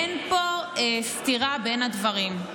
אין פה סתירה בין הדברים,